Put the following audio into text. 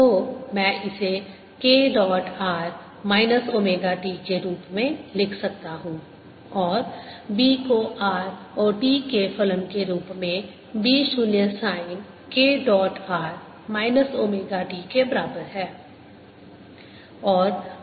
तो मैं इसे k dot r minus omega t के रूप में लिख सकता हूँ और B को r और t के फलन के रूप में b 0 sine k dot r minus omega t के बराबर है